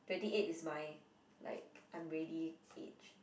twenty eight is my like I'm ready age